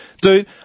dude